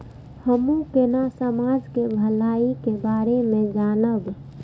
हमू केना समाज के भलाई के बारे में जानब?